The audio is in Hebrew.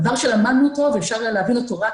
דבר שלמדנו אותו ואפשר היה להבין אותו רק